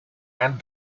and